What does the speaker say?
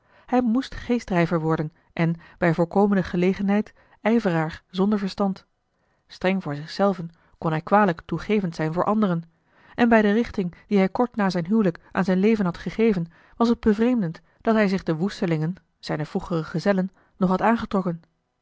hij moest geestdrijver worden en bij voorkomende gelegenheid ijveraar zonder verstand streng voor zich zelven kon hij kwalijk toegevend zijn voor anderen en bij de richting die hij kort na zijn huwelijk aan zijn leven had gegeven was het bevreemdend dat hij zich de woestelingen zijne vroegere gezellen nog had aangetrokken